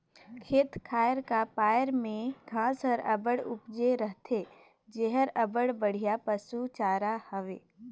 खेत खाएर का पाएर में घांस हर अब्बड़ उपजे रहथे जेहर अब्बड़ बड़िहा पसु चारा हवे